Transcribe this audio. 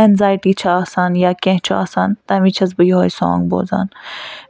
anxiety چھِ آسان یا کیٚنٛہہ چھُ آسان تَمہِ وِزِ چھَس بہٕ یِہوٚے سانٛگ بوزان